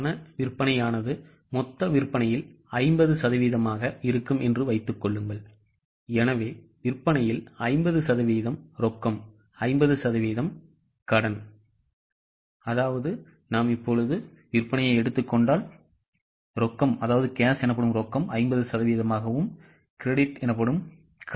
பண விற்பனையானது மொத்த விற்பனையில் 50 சதவீதமாக இருக்கும் என்று வைத்துக் கொள்ளுங்கள் எனவே விற்பனையில் 50 சதவீதம் ரொக்கம் 50 சதவீதம் கடன்